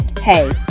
Hey